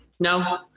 No